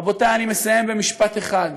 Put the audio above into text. רבותי, אני מסיים במשפט אחד: